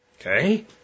Okay